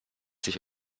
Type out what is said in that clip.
sich